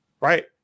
right